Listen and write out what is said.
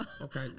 okay